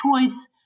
choice